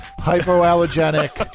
hypoallergenic